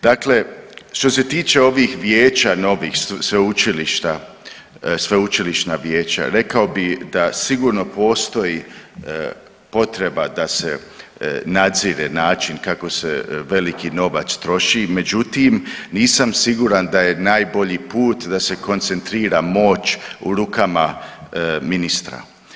Dakle, što se tiče ovih vijeća novih sveučilišta, sveučilišna vijeća, rekao bih da sigurno postoji potreba da se nadzire način kako se veliki novac troši, međutim, nisam siguran da je najbolji put da se koncentrira moć u rukama ministra.